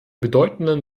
bedeutenden